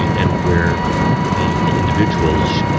and where the individuals,